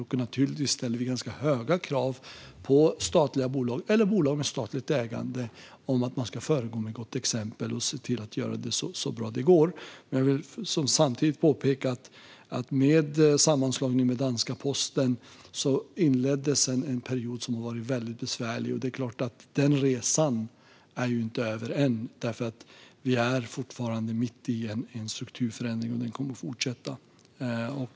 Naturligtvis ställer vi ganska höga krav på att statliga bolag eller bolag med statligt ägande ska föregå med gott exempel och se till att göra det så bra det går, men jag vill samtidigt påpeka att med sammanslagningen med den danska posten inleddes en period som har varit väldigt besvärlig. Den resan är inte över än. Vi är fortfarande mitt i en strukturförändring, och den kommer att fortsätta.